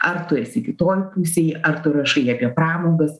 ar tu esi kitoj pusėj ar tu rašai apie pramogas